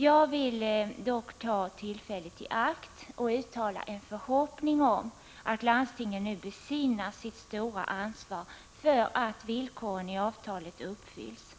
Jag vill dock ta tillfället i akt och uttala en förhoppning om att landstingen besinnar sitt stora ansvar för att villkoren i avtalet uppfylls.